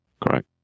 Correct